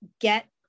get